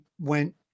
went